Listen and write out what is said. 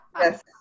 Yes